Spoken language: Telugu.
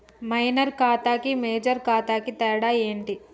మైనర్ ఖాతా కి మేజర్ ఖాతా కి తేడా ఏంటి?